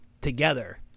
together